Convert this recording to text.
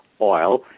oil